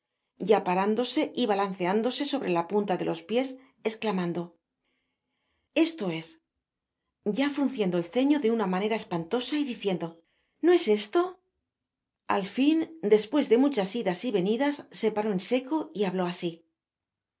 ya parándose y balanceándose sobre la punta de los piés esclamando esto es ya frunciendo el ceño de una manera espantola y diciendo no es esto f al fin despues de muchas idas y venidas se paró en seco y habló asi